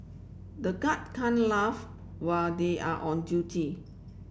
the guard can't laugh where they are on duty